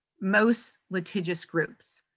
most litigious groups.